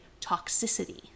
toxicity